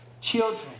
children